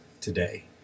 today